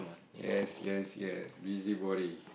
yes yes yes busybody